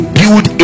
build